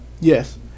Yes